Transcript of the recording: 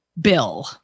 bill